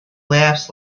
laughs